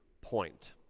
Point